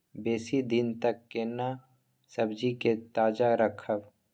बेसी दिन तक केना सब्जी के ताजा रखब?